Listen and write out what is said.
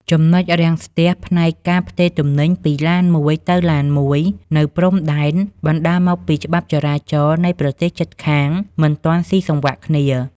ចំណុចរាំងស្ទះផ្នែក "ការផ្ទេរទំនិញពីឡានមួយទៅឡានមួយ" នៅព្រំដែន បណ្ដាលមកពីច្បាប់ចរាចរណ៍នៃប្រទេសជិតខាងមិនទាន់ស៊ីសង្វាក់គ្នា។